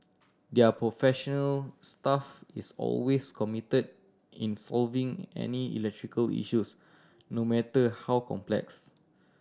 their professional staff is always committed in solving any electrical issues no matter how complex